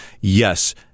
Yes